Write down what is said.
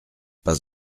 pas